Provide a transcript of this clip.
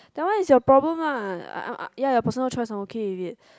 that one is your problem lah uh um ya personal choice I'm okay with it